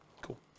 Cool